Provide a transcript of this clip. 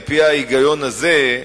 על-פי ההיגיון הזה,